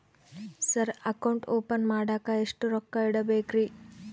Sir account open ಮಾಡಾಕ ಎಷ್ಟು ರೊಕ್ಕ ಇಡಬೇಕ್ರಿ?